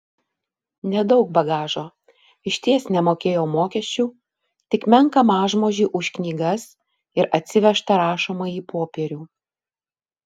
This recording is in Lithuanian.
nedaug bagažo išties nemokėjo mokesčių tik menką mažmožį už knygas ir atsivežtą rašomąjį popierių